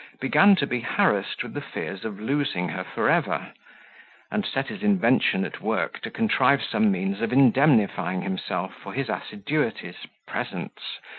began to be harassed with the fears of losing her for ever and set his invention at work, to contrive some means of indemnifying himself for his assiduities, presents,